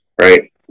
right